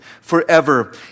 forever